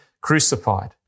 crucified